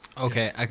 Okay